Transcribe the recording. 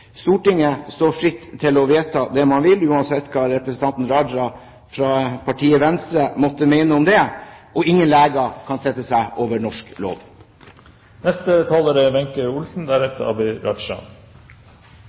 Stortinget står fritt til å vedta det man vil, uansett hva representanten Raja fra partiet Venstre måtte mene om det. Og ingen leger kan sette seg over norsk lov. Jeg synes det er